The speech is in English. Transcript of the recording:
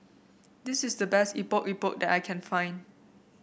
this is the best Epok Epok that I can find